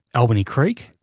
albany creek?